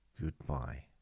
Goodbye